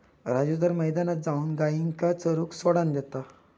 राजू तर मैदानात जाऊन गायींका चरूक सोडान देता